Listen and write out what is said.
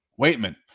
waitman